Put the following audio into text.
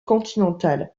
continentale